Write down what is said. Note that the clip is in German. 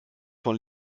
von